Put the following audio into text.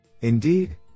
Indeed